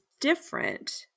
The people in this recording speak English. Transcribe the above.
different